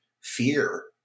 fear